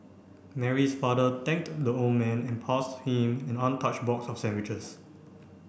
Mary's father thanked the old man and passed him an untouched box of sandwiches